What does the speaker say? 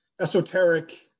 esoteric